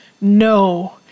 no